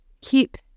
keep